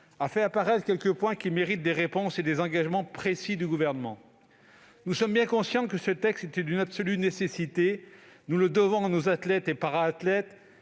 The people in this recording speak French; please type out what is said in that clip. a fait apparaître quelques points qui méritent des réponses et des engagements précis du Gouvernement. Nous sommes bien conscients que ce texte est d'une absolue nécessité ; nous le devons à nos athlètes et para-athlètes,